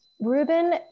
Ruben